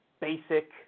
basic